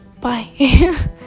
bye